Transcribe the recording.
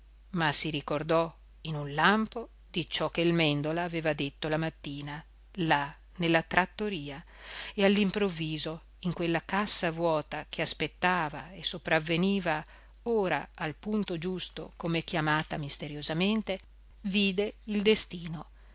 ma si ricordò in un lampo di ciò che il mèndola aveva detto la mattina là nella trattoria e all'improvviso in quella cassa vuota che aspettava e sopravveniva ora al punto giusto come chiamata misteriosamente vide il destino